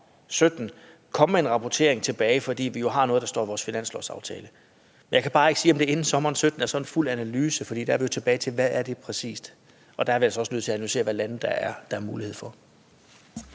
komme med en rapportering tilbage, fordi vi jo har noget, der står i vores finanslovsaftale. Jeg kan bare ikke sige, om det bliver inden sommeren 2017, at vi har sådan en fuld analyse, for der er vi jo tilbage ved, hvad det præcis er, og der er vi altså også nødt til at analysere, hvilke lande der er mulighed for